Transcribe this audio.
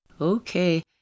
Okay